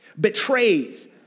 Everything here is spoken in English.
betrays